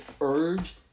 urge